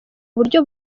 uburyo